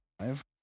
five